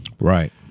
Right